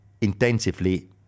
intensively